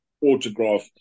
autograph